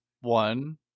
one